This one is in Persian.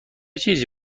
چیزی